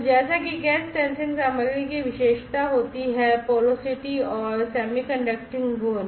तो जैसा कि गैस सेंसिंग सामग्री की विशेषता होती है पोरसिटी गुण